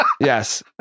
Yes